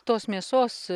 tos mėsos